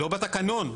לא בתקנון.